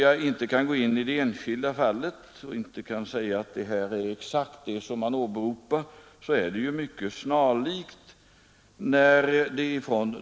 Jag kan inte gå in på det enskilda fallet och säga att detta är exakt vad man åberopar, men i det material jag har fått rör det sig om snarlika förhållanden.